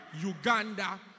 Uganda